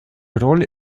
rôle